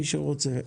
מי שרוצה.